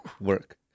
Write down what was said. work